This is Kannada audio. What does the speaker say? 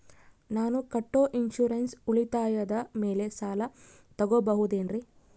ನಾನು ಕಟ್ಟೊ ಇನ್ಸೂರೆನ್ಸ್ ಉಳಿತಾಯದ ಮೇಲೆ ಸಾಲ ತಗೋಬಹುದೇನ್ರಿ?